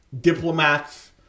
diplomats